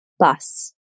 bus